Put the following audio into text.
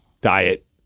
diet